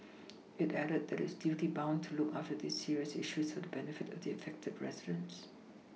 it added that it is duty bound to look after these serious issues for the benefit of the affected residents